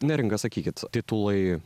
neringa sakykit titulai